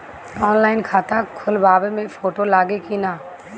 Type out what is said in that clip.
Online खाता खोलबाबे मे फोटो लागि कि ना?